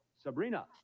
Sabrina